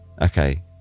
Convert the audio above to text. Okay